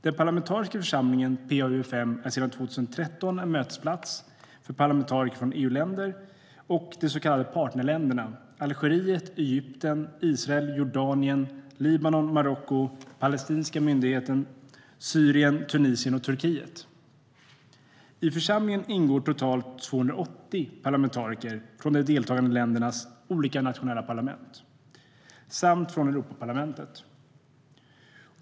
Den parlamentariska församlingen PA-UfM är sedan 2003 en mötesplats för parlamentariker från EU-länderna och de så kallade partnerländerna Algeriet, Egypten, Israel, Jordanien, Libanon, Marocko, den palestinska myndigheten, Syrien, Tunisien och Turkiet. I församlingen ingår totalt 280 parlamentariker från de deltagande ländernas olika nationella parlament samt från Europaparlamentet.